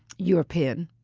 european,